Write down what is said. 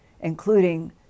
including